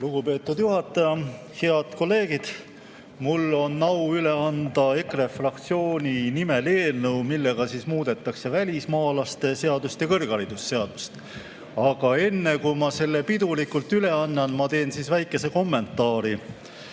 Lugupeetud juhataja! Head kolleegid! Mul on au EKRE fraktsiooni nimel üle anda eelnõu, millega muudetakse välismaalaste seadust ja kõrgharidusseadust. Aga enne, kui ma selle pidulikult üle annan, teen väikese kommentaari.